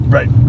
Right